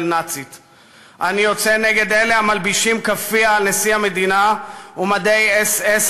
"נאצית"; אני יוצא אלה המלבישים כאפיה על נשיא המדינה ומדי אס.אס.